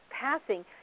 passing